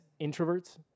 introverts